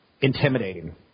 intimidating